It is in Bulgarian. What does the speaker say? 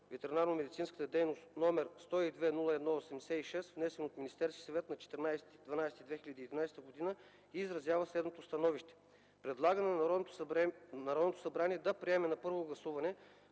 ветеринарномедицинската дейност, № 102-01-86, внесен от Министерския съвет на 14 декември 2011 г. и изразява следното становище: Предлага на Народното събрание да приеме на първо гласуване